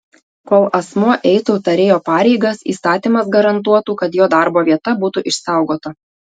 kol asmuo eitų tarėjo pareigas įstatymas garantuotų kad jo darbo vieta būtų išsaugota